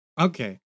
Okay